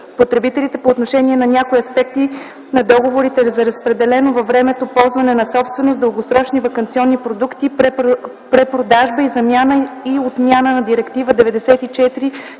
потребителите по отношение на някои аспекти на договорите за разпределено във времето ползване на собственост, дългосрочни ваканционни продукти, препродажба и замяна и отмяна на Директива